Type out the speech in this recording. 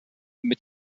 mit